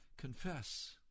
Confess